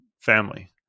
family